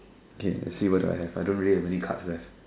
kay let's see what do I have I don't really have many cards left